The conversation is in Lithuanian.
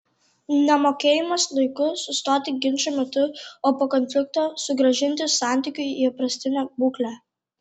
nemokėjimas laiku sustoti ginčo metu o po konflikto sugrąžinti santykių į įprastinę būklę